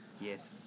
Yes